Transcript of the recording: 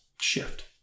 shift